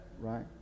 right